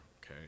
okay